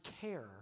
care